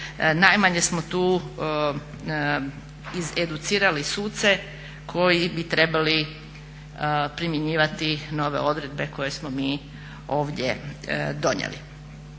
najmanje smo tu izeducirali suce koji bi trebali primjenjivati nove odredbe koje smo mi ovdje donijeli.